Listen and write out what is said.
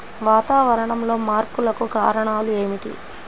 వాతావరణంలో మార్పులకు కారణాలు ఏమిటి?